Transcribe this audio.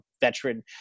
veteran